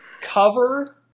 cover